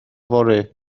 fory